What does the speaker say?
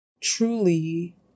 truly